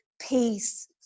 peace